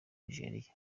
nigeria